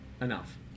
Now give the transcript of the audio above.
enough